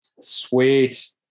Sweet